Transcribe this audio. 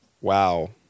Wow